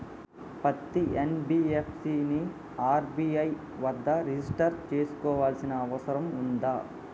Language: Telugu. పత్తి ఎన్.బి.ఎఫ్.సి ని ఆర్.బి.ఐ వద్ద రిజిష్టర్ చేసుకోవాల్సిన అవసరం ఉందా?